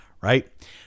right